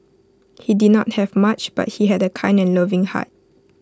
he did not have much but he had A kind and loving heart